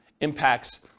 impacts